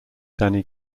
danny